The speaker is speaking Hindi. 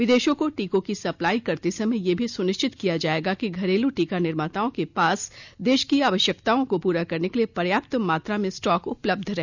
विदेशों को टीकों की सप्लाई करते समय यह भी सुनिश्चित किया जाएगा कि घरेलू टीका निर्माताओं के पास देश की आवश्यकताओं को पूरा करने के लिए पर्याप्त मात्रा में स्टॉक उपलब्ध रहे